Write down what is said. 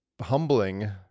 humbling